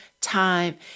time